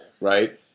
right